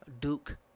Duke